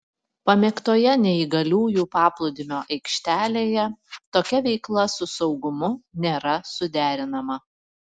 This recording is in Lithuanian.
pamėgtoje neįgaliųjų paplūdimio aikštelėje tokia veikla su saugumu nėra suderinama